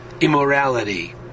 immorality